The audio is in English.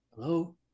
Hello